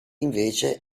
invece